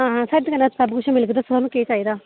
आं साढ़ी दुकाना सब किश मिलग तुसें केह् चाहिदा